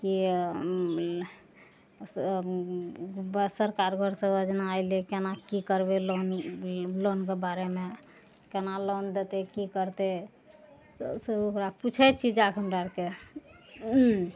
की सरकार घर सऽ योजना अयलै केना की करबै लोन लोनके बारेमे केना लोन देतै की करतै सब ओकरा पुछै छी जाके हमरा आरके